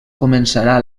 començarà